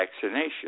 vaccination